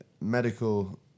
medical